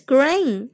Green